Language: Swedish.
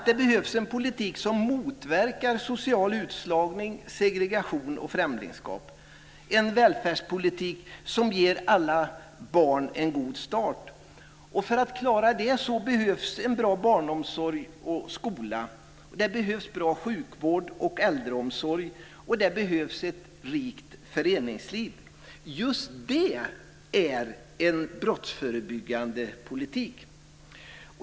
Det behövs en politik som motverkar social utslagning, segregation och främlingskap, en välfärdspolitik som ger alla barn en god start. För att klara det behövs en bra barnomsorg och skola. Det behövs bra sjukvård och äldreomsorg. Och det behövs ett rikt föreningsliv. Just det är en brottsförebyggande politik.